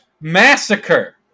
Massacre